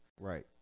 Right